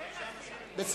להצביע.